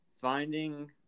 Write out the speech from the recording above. finding